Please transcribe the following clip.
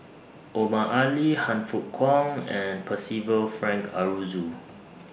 Omar Ali Han Fook Kwang and Percival Frank Aroozoo